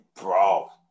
Bro